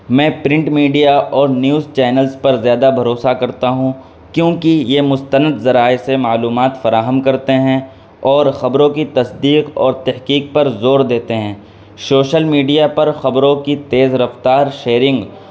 میں print media اور news channels پر زیادہ بھروسہ کرتا ہوں کیونکہ یہ مستند ذرائع سے معلومات فراہم کرتے ہیں اور خبروں کی تصدیق اور تحقیق پر زور دیتے ہیں شوشل میڈیا پر خبروں کی تیز رفتار شیئرنگ